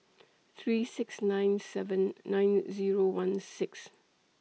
three six nine seven nine Zero one six